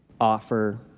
offer